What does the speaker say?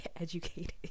educated